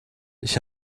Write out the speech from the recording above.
ich